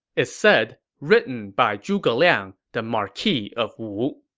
it said, written by zhuge liang, the marquis of wu.